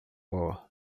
boa